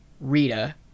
Rita